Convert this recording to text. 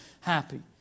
happy